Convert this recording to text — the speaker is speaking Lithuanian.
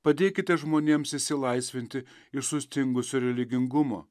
padėkite žmonėms išsilaisvinti iš sustingusio religingumo